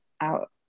out